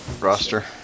roster